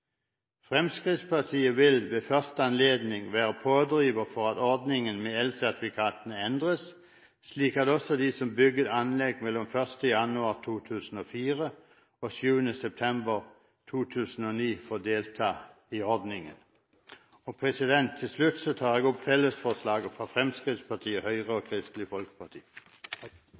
Fremskrittspartiet vil ved første anledning være pådriver for at ordningen med elsertifikatene endres, slik at også de som bygget anlegg mellom 1. januar 2004 og 7. september 2009, får delta i ordningen. Til slutt tar jeg opp fellesforslaget fra Fremskrittspartiet, Høyre og Kristelig Folkeparti.